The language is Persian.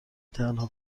تنها